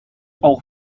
auch